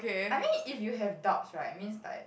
I mean if you have doubts right it means like